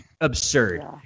absurd